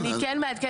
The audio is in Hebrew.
אז אני כן מעדכנת.